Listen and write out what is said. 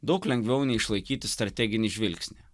daug lengviau nei išlaikyti strateginį žvilgsnį